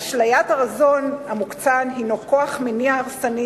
אשליית הרזון המוקצן היא כוח מניע הרסני,